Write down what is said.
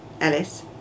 Ellis